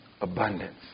abundance